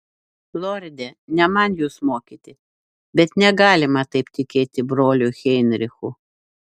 lorde ne man jus mokyti bet negalima taip tikėti broliu heinrichu